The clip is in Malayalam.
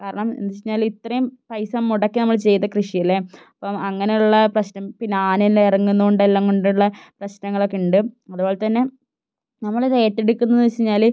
കാരണം എന്താണെന്നുവെച്ചു കഴിഞ്ഞാല് ഇത്രയും പൈസ മുടക്കി നമ്മള് ചെയ്ത കൃഷിയല്ലേ അപ്പോള് അങ്ങനെയുള്ള പ്രശ്നം പിന്നെ ആന ഇറങ്ങുന്നതുകൊണ്ടെല്ലാമുള്ള പ്രശ്നങ്ങളൊക്കെയുണ്ട് അതുപോലെത്തന്നെ നമ്മളിത് ഏറ്റെടുക്കുന്നതെന്ന് വെച്ചുകഴിഞ്ഞാല്